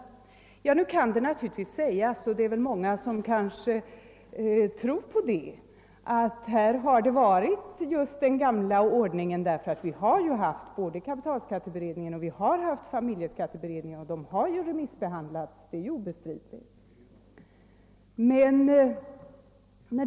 Nu kan det naturligtvis sägas, och många tror kanske på det, att den gamla ordningen tillämpats i detta fall, eftersom vi haft såväl kapitalskatteberedning som familjeskatteberedning, och en remissbehandling har obestridligen förekommit.